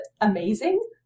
amazing